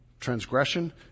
Transgression